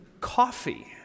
coffee